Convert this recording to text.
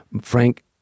Frank